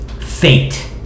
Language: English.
fate